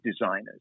designers